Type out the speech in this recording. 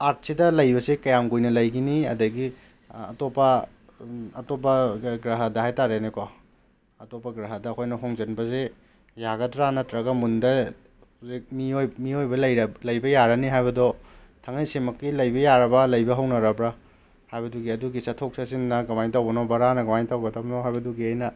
ꯑꯥꯔꯠꯁꯤꯗ ꯂꯩꯕꯁꯦ ꯀꯌꯥꯝ ꯀꯨꯏꯅ ꯂꯩꯈꯤꯅꯤ ꯑꯗꯒꯤ ꯑꯇꯣꯞꯄ ꯑꯇꯣꯞꯄ ꯒ꯭ꯔꯍꯗ ꯍꯥꯏꯇꯥꯔꯦꯅꯦ ꯀꯣ ꯑꯇꯣꯞꯄ ꯒ꯭ꯔꯍꯗ ꯑꯩꯈꯣꯏꯅ ꯍꯣꯡꯖꯤꯟꯕꯁꯦ ꯌꯥꯒꯗ꯭ꯔꯥ ꯅꯠꯇ꯭ꯔꯒ ꯃꯨꯟꯗ ꯍꯧꯖꯤꯛ ꯃꯤꯑꯣꯏ ꯃꯤꯑꯣꯏꯕ ꯂꯩꯕ ꯌꯥꯔꯅꯤ ꯍꯥꯏꯕꯗꯣ ꯊꯥꯉꯩꯁꯦꯡꯅꯃꯛꯀꯤ ꯂꯩꯕ ꯌꯥꯔꯕ ꯂꯩꯕ ꯍꯧꯅꯔꯕ꯭ꯔꯥ ꯍꯥꯏꯕꯗꯨꯒꯤ ꯑꯗꯨꯒꯤ ꯆꯠꯊꯣꯛ ꯆꯠꯁꯤꯟꯅ ꯀꯃꯥꯏꯅ ꯇꯧꯕꯅꯣ ꯚꯔꯥꯅ ꯀꯃꯥꯏꯅ ꯇꯧꯒꯗꯕꯅꯣ ꯍꯥꯏꯕꯗꯨꯒꯤ ꯑꯩꯅ